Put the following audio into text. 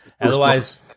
Otherwise